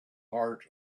heart